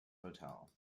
hotel